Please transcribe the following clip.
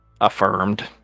affirmed